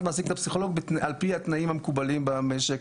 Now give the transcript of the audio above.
מעסיק את הפסיכולוג על פי התנאים המקובלים במשק,